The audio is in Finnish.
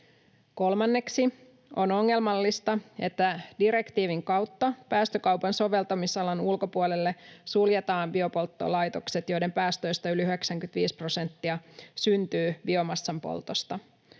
Kolmanneksi on ongelmallista, että direktiivin kautta päästökaupan soveltamisalan ulkopuolelle suljetaan biopolttolaitokset, joiden päästöistä yli 95 prosenttia syntyy biomassan poltosta.